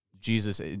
Jesus